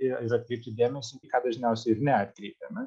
ir atkreipti dėmesį į ką dažniausiai ir neatkreipiame